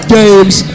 games